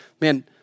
Man